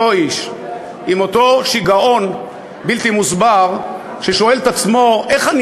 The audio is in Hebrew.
אותו איש עם אותו שיגעון בלתי מוסבר ששואל את עצמו: איך אני